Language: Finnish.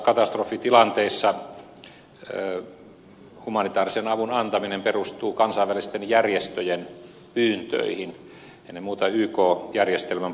tällaisissa katastrofitilanteissa humanitäärisen avun antaminen perustuu kansainvälisten järjestöjen pyyntöihin ennen muuta yk järjestelmän puitteissa